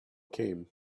came